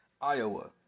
Iowa